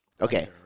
Okay